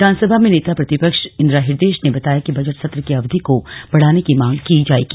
विधानसभा में नेता प्रतिपक्ष इंदिरा हृदयेश ने बताया कि बजट सत्र की अवधि को बढ़ाने की मांग की जाएगी